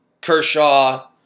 Kershaw